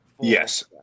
yes